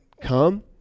come